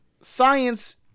science